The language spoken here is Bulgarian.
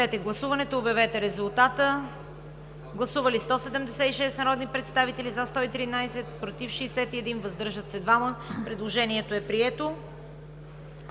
Прекратете гласуването и обявете резултата. Гласували 143 народни представители: за 105, против 38, въздържали се няма. Предложението е прието.